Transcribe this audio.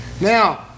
Now